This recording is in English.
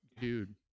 Dude